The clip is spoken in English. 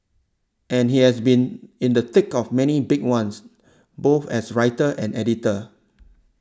and he has been in the thick of many a big ones both as writer and editor